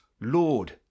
lord